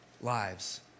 lives